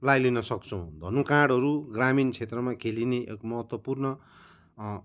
लाई लिन सक्छौँ धनुकाँडहरू ग्रामीण क्षेत्रमा खेलिने एक महत्त्वपूर्ण